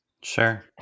Sure